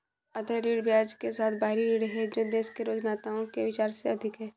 अदेय ऋण ब्याज के साथ बाहरी ऋण है जो देश के राजनेताओं के विचार से अधिक है